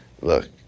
look